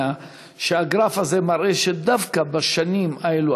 שהגרף הזה מראה שדווקא בשנים האלה,